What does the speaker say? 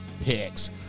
picks